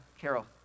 Carol